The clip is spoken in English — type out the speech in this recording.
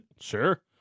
Sure